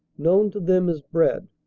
known to them as bread.